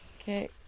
Okay